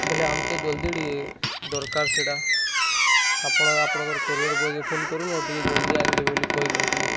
ବେଲେ ଆମ୍କେ ଜଲ୍ଦି ଟିକେ ଦରକାର ସେଇଟା ଆପଣ ଆପଣଙ୍କର କୋରିୟର୍ ବୟକୁ ଫୋନ୍ କରୁନ ଟିକେ ଜଲ୍ଦି ଆଣି ଦେବେ ବୋଲି କହି ଦିଅନ୍ତୁ ଟିକେ